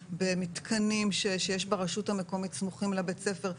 במתקנים שיש ברשות המקומית והם סמוכים לבית הספר.